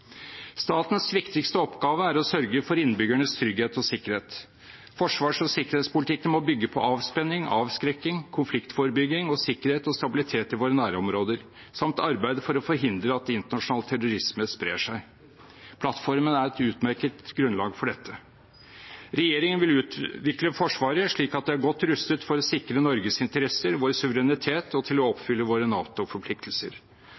Statens viktigste oppgave er å sørge for innbyggernes trygghet og sikkerhet. Forsvars- og sikkerhetspolitikken må bygge på avspenning, avskrekking, konfliktforebygging og sikkerhet og stabilitet i våre nærområder samt arbeid for å forhindre at internasjonal terrorisme sprer seg. Plattformen er et utmerket grunnlag for dette. Regjeringen vil utvikle Forsvaret, slik at det er godt rustet for å sikre Norges interesser og vår suverenitet og til å